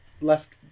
left